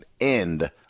end